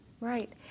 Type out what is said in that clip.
Right